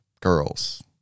girls